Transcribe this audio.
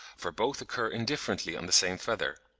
for both occur indifferently on the same feather.